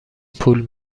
پول